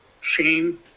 shame